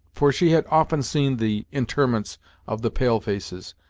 for she had often seen the interments of the pale-faces,